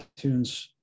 itunes